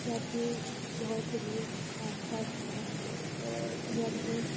ਪੰਜਾਬੀ ਬਹੁਤ ਹੀ ਭਾਸ਼ਾ ਹੈ ਪੰਜਾਬੀ